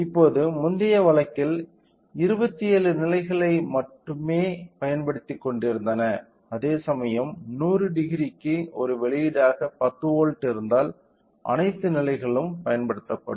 இப்போது முந்தைய வழக்கில் 27 நிலைகள் மட்டுமே பயன்படுத்திக்கொண்டிருந்தன அதேசமயம் 1000 க்கு ஒரு வெளியீடாக 10 வோல்ட் இருந்தால் அனைத்து நிலைகளும் பயன்படுத்தப்படும்